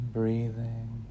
breathing